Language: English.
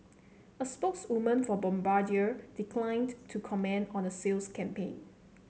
a spokeswoman for Bombardier declined to comment on a sales campaign